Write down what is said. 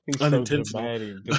unintentional